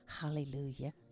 Hallelujah